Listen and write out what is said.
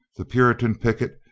the puritan picket,